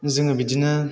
जोङो बिदिनो